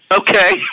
okay